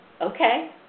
okay